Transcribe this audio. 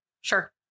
sure